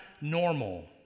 normal